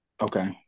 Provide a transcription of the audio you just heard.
Okay